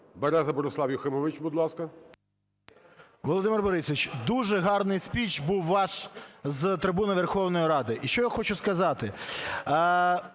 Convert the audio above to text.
Береза Борислав Юхимович, будь ласка. 11:02:09 БЕРЕЗА Б.Ю. Володимир Борисович, дуже гарний спіч був ваш з трибуни Верховної Ради. І що я хочу сказати,